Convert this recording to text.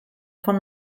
von